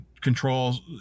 controls